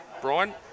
Brian